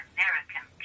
American